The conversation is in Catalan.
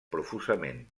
profusament